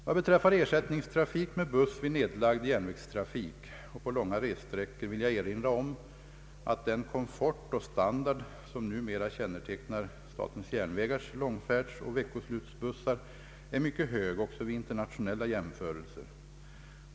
Vad beträffar ersättningstrafik med buss vid nedlagd järnvägstrafik och på långa resesträckor vill jag erinra om att den komfort och standard, som numera kännetecknar SJ:s långfärdsoch veckoslutsbussar, är mycket hög också vid internationella jämförelser.